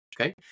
okay